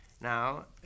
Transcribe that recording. Now